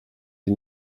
sie